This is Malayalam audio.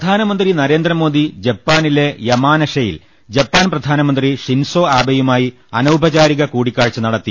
പ്രധാനമന്ത്രി നരേന്ദ്രമോദി ജപ്പാനിലെ യമാനഷയിൽ ജപ്പാൻ പ്രധാനമന്ത്രി ഷിൻസോ ആബെയുമായി അനൌ പചാരിക കൂടിക്കാഴ്ച നടത്തി